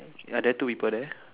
ya then two people there